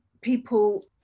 people